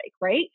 right